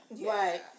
Right